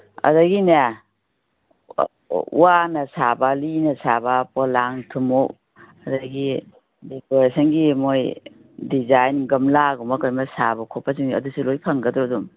ꯑꯗꯒꯤꯅꯦ ꯋꯥꯅ ꯁꯥꯕ ꯂꯤꯅ ꯁꯥꯕ ꯄꯣꯂꯥꯡ ꯊꯨꯝꯃꯣꯛ ꯑꯗꯒꯤ ꯗꯦꯀꯣꯔꯦꯁꯟꯒꯤ ꯃꯣꯏ ꯗꯤꯖꯥꯏꯟ ꯒꯝꯂꯥꯒꯨꯝꯕ ꯀꯩꯒꯨꯝꯕ ꯁꯥꯕ ꯈꯣꯠꯄꯁꯤꯡꯁꯦ ꯑꯗꯨꯨꯁꯨ ꯑꯗꯨꯁꯨ ꯂꯣꯏ ꯐꯪꯒꯗ꯭ꯇ꯭ꯔꯣ ꯑꯗꯨꯝ